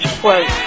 quote